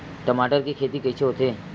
टमाटर के खेती कइसे होथे?